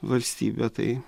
valstybę tai